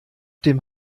dem